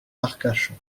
arcachon